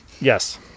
Yes